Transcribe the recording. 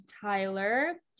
Tyler